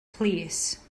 plîs